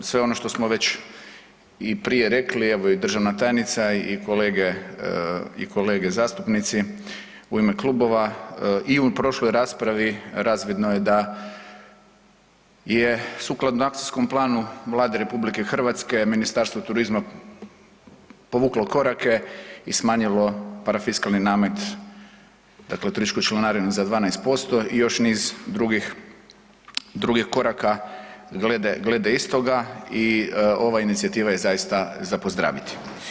Sve ono što smo već i prije rekli, evo i državna tajnica i kolege u ime klubova i u prošloj raspravi razvidno je da je sukladno akcijskom planu Vlade RH, Ministarstvu turizma povuklo korake i smanjilo parafiskalni namet dakle turističku članarinu za 12% i još niz drugih koraka glede istoga i ova inicijativa je zaista za pozdraviti.